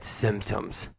symptoms